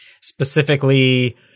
Specifically